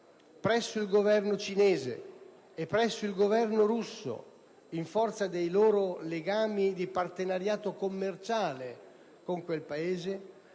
presso il Governo cinese e presso il Governo russo affinché sollecitino, in forza dei loro legami di partenariato commerciale con quel Paese,